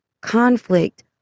conflict